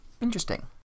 Interesting